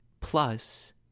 plus